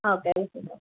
okay